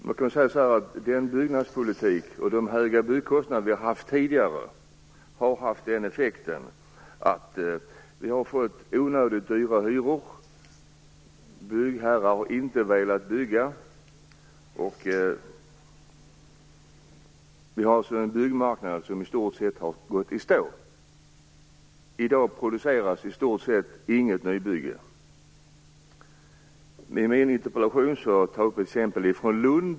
Fru talman! Den byggnadspolitik och de höga byggkostnader vi har haft tidigare har gett den effekten att vi har fått onödigt dyra hyror. Byggherrar har inte velat bygga, och vi har en byggmarknad som i stort sett har gått i stå. I dag produceras nästan inga nybyggen. I min interpellation tar jag upp ett exempel ifrån Lund.